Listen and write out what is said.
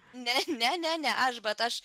ne ne ne ne aš bet aš